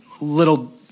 little